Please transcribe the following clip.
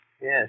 Yes